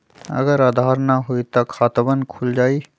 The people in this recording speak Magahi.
अगर आधार न होई त खातवन खुल जाई?